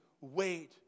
wait